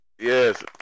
yes